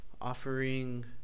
offering